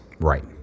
Right